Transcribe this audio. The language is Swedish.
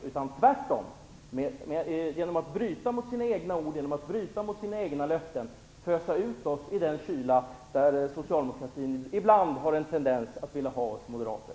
Tvärtom har de genom att bryta mot sina egna ord och bryta mot sina egna löften föst ut oss i den kyla där Socialdemokraterna ibland har en tendens att vilja ha oss moderater.